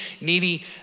needy